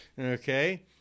okay